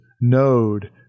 node